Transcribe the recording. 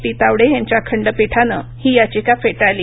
P Tawde यांच्या खंडपीठानं ही याचिका फेटाळली